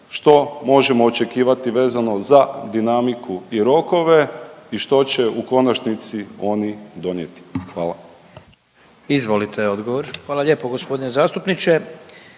što možemo očekivati vezano za dinamiku i rokove i što će u konačnici oni donijeti? Hvala. **Jandroković, Gordan